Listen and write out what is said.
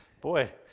Boy